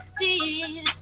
see